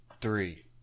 three